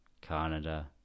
Canada